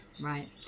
Right